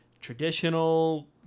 traditional